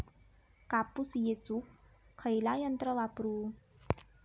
कापूस येचुक खयला यंत्र वापरू?